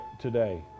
today